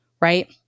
right